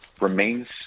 remains